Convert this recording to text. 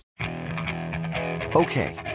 Okay